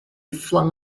flung